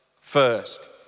first